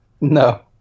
No